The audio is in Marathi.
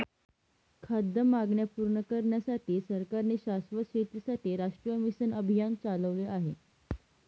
खाद्य मागण्या पूर्ण करण्यासाठी सरकारने शाश्वत शेतीसाठी राष्ट्रीय मिशन अभियान चालविले आहे